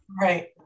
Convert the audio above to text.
Right